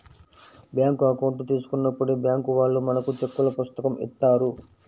bank account తీసుకున్నప్పుడే bank వాళ్ళు మనకు చెక్కుల పుస్తకం ఇత్తారు